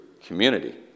community